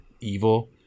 evil